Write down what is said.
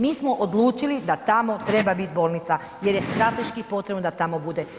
Mi smo odlučili da tamo treba biti bolnica jer je strateški potrebno da tamo bude.